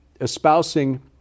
espousing